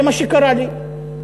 זה מה שקרה לי.